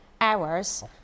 hours